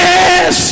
Yes